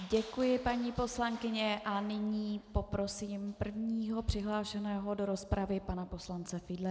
Děkuji, paní poslankyně, a nyní poprosím prvního přihlášeného do rozpravy, pana poslance Fiedlera.